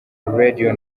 radio